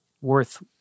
worth